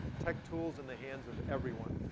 tech tools in the hands of everyone.